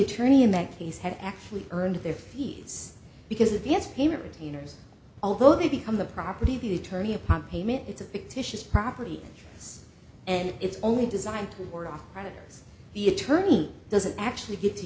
attorney in that case had actually earned their fees because the b s p retainers although they become the property of the attorney upon payment it's a fictitious property and it's only designed to ward off creditors the attorney doesn't actually get to